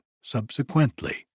subsequently